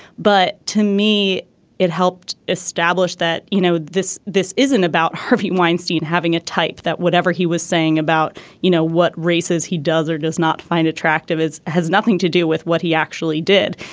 but to me it helped establish that you know this this isn't about harvey weinstein having a type that whatever he was saying about you know what races he does or does not find attractive is has nothing to do with what he actually did.